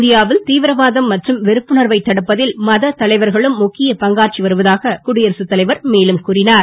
இந்தியாவில் திவிரவாதம் மற்றும் வெறுப்புணர்வை தடுப்பதில் மத தலைவர்களும் முக்கிய பங்காற்றி வருவதாக குடியரசு தலைவர் மேலும் கூறினார்